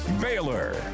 Baylor